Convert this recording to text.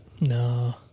No